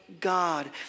God